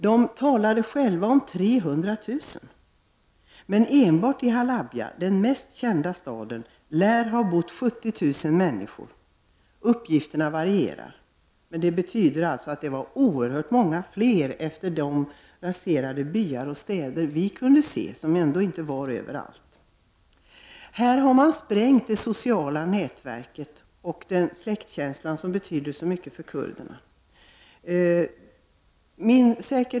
De talade själva om 300 000 människor. Enbart i Halabja — den mest kända staden — lär det ha bott 70 000 människor. Uppgifterna varierar. Det betyder således att det var många fler människor än i de raserade byar och städer som vi kunde se, vi som ändå inte var överallt. Här har man sprängt det sociala nätverket och den släktkänsla som betyder så mycket för kurderna.